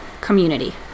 community